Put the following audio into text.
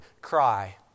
cry